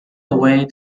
away